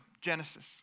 Genesis